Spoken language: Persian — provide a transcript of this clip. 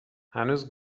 هنوز